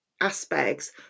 aspects